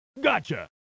Gotcha